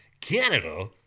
Canada